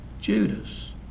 Judas